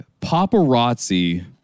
paparazzi